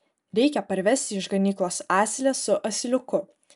reikia parvesti iš ganyklos asilę su asiliuku